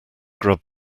grub